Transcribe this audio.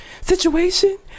situation